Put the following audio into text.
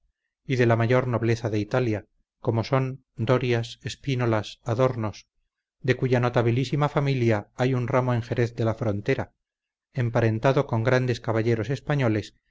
de la mayor nobleza de italia como son dorias espinolas adornos de cuya notabilísima familia hay un ramo en jerez de la frontera emparentado con grandes caballeros españoles